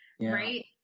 right